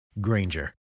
Granger